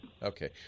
Okay